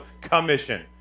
commission